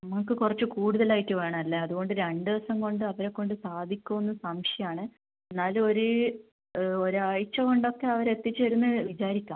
ഇങ്ങക്ക് കുറച്ച് കൂടുതലായിട്ട് വേണം എന്നല്ലേ അതുകൊണ്ട് രണ്ട് ദിവസം കൊണ്ട് അവരെ കൊണ്ട് സാധിക്കുമോ എന്ന് സംശയമാണ് എന്നാലും ഒരു ഒരാഴ്ച കൊണ്ടൊക്കെ അവർ എത്തിച്ചേരുമെന്ന് വിചാരിക്കാം